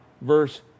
verse